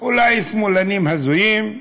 אולי שמאלנים הזויים,